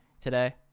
today